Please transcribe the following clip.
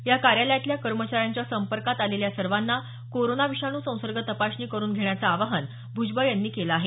या कार्यालयातल्या कर्मचाऱ्यांच्या संपर्कात आलेल्या सर्वांना कोरोना विषाणू संसर्ग तपासणी करून घेण्याचं आवाहन भ्जबळ यांनी केलं आहे